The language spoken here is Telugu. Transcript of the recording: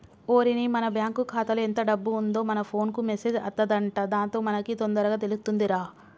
ఓరిని మన బ్యాంకు ఖాతాలో ఎంత డబ్బు ఉందో మన ఫోన్ కు మెసేజ్ అత్తదంట దాంతో మనకి తొందరగా తెలుతుందిరా